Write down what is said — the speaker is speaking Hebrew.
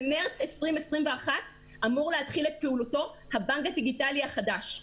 במרץ 2021 אמור להתחיל את פעולתו הבנק הדיגיטלי החדש.